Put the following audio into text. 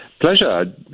Pleasure